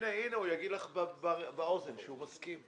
הנה הוא יגיד לך באוזן שהוא מסכים.